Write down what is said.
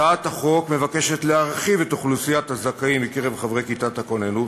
הצעת החוק מבקשת להרחיב את אוכלוסיית הזכאים מקרב חברי כיתת הכוננות,